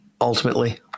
ultimately